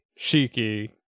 Shiki